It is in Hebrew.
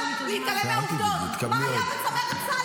תעצור לה את הזמן,